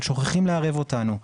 אבל שוכחים לערב אותנו.